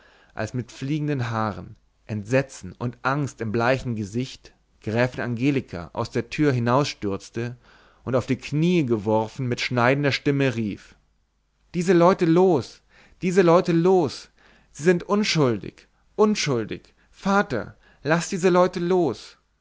als mit fliegenden haaren entsetzen und angst in bleichem gesicht gräfin angelika aus der tür hinausstürzte und auf die kniee geworfen mit schneidender stimme rief diese leute los diese leute los sie sind unschuldig unschuldig vater laß diese leute los